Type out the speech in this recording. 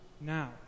now